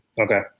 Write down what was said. Okay